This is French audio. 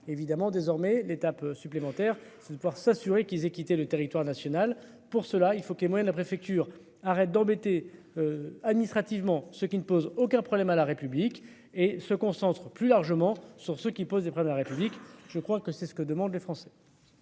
évidemment désormais l'étape supplémentaire, c'est de pouvoir s'assurer qu'ils aient quitté le territoire national. Pour cela il faut que les moyens de la préfecture. Arrête d'embêter. Administrativement, ce qui ne pose aucun problème à la République et se concentre plus largement sur ce qui pose des près de la République. Je crois que c'est ce que demandent les Français.